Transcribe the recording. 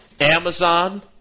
Amazon